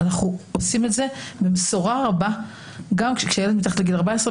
אנחנו עושים את זה במסורה כשילד מתחת לגיל 14,